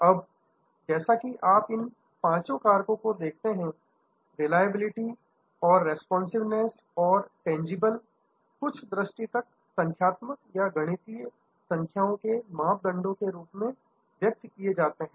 अब जैसा कि आप इन पांचों कारकों को देखते हैंरिलायबिलिटी और रेस्पॉन्सिवनैंस और टेजिबलस कुछ दृष्टि तक संख्यात्मक तथा गणितीय संख्याओं के मापदंडों के रूप में व्यक्त किए जाते हैं